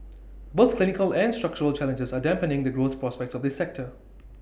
both cyclical and structural challenges are dampening the growth prospects of this sector